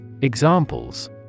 Examples